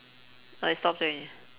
oh it stopped already